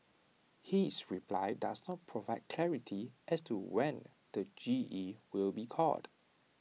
his reply does not provide clarity as to when the G E will be called